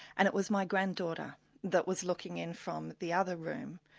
and it was my grand-daughter that was looking in from the other room,